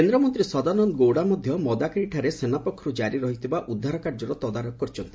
କେନ୍ଦ୍ରମନ୍ତ୍ରୀ ସଦାନନ୍ଦ ଗୌଡ଼ା ମଧ୍ୟ ମଦାକେରିଠାରେ ସେନା ପକ୍ଷରୁ ଜାରି ରହିଥିବା ଉଦ୍ଧାର କାର୍ଯ୍ୟର ତଦାରଖ କରିଛନ୍ତି